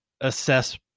assess